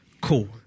Cool